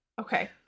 okay